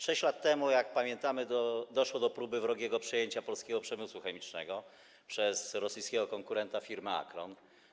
6 lat temu, jak pamiętamy, doszło do próby wrogiego przejęcia polskiego przemysłu chemicznego przez rosyjskiego konkurenta, firmę Acron.